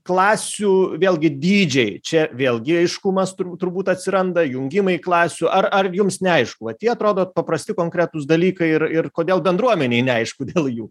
klasių vėlgi dydžiai čia vėlgi aiškumas turbūt atsiranda jungimai klasių ar ar jums neaišku vat tie atrodo paprasti konkretūs dalykai ir ir kodėl bendruomenei neaišku dėl jų